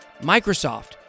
Microsoft